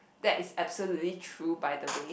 that is absolutely true by the way